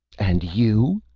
and you?